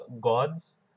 gods